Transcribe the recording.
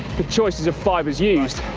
the choices of fibers used.